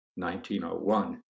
1901